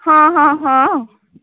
ਹਾਂ ਹਾਂ ਹਾਂ